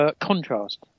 Contrast